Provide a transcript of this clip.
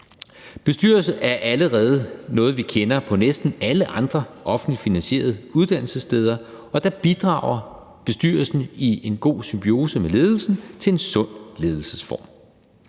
Bestyrelser er allerede noget, vi kender fra næsten alle andre offentligt finansierede uddannelsessteder, og der bidrager bestyrelsen i en god symbiose med ledelsen til en sund ledelsesform.